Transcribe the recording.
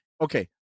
okay